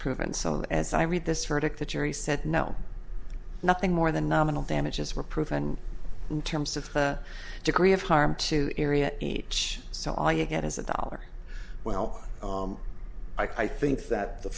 proven so as i read this verdict the jury said no nothing more than nominal damages were proven in terms of the degree of harm to area each so all you get is a dollar well i think that the